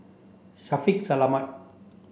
Shaffiq Selamat